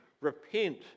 Repent